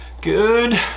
Good